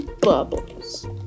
bubbles